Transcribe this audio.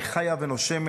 היא חיה ונושמת.